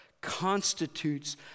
constitutes